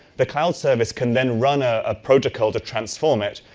the cloud service can then run a ah protocol to transform it.